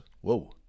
whoa